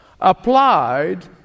applied